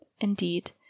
Indeed